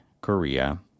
Korea